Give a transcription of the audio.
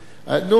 נו,